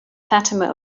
fatima